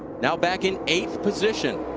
now back in eighth position.